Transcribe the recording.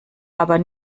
aber